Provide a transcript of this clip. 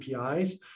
APIs